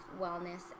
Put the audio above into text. wellness